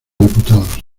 diputados